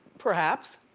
perhaps.